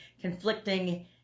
conflicting